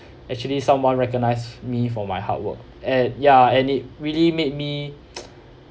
actually someone recognise me from my hard work at ya and it really made me